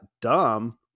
dumb